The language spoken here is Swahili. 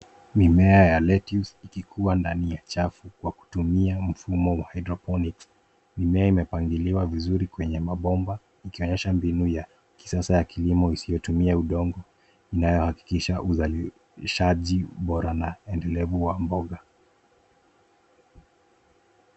Mimea ya lettuce ikikua ndani ya chafu kwa kutumia mfumo wa hydroponiks. Mimea umepangiliwa vizuri kwenye mabomba ikionyesha mbinu ya kisasa ya kilimo isiyotumia udongo inayohakikisha uzalishaji bora na endelevu wa mboga.